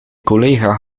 collega